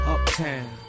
Uptown